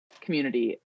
community